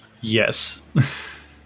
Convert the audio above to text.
Yes